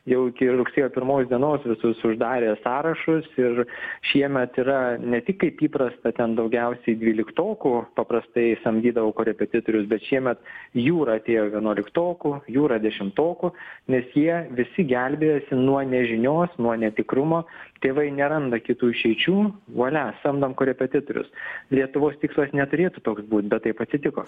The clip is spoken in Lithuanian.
jau iki rugsėjo pirmos dienos visus uždarė sąrašus ir šiemet yra ne tik kaip įprasta ten daugiausiai dvyliktokų paprastai samdydavo korepetitorius bet šiemet jūra atėjo vienuoliktokų jūra dešimtokų nes jie visi gelbėjasi nuo nežinios nuo netikrumo tėvai neranda kitų išeičių vualia samdom korepetitorius lietuvos tikslas neturėtų toks būt bet taip atsitiko